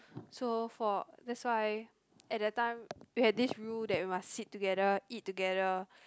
so for that's why at that time we had this rule that we must sit together eat together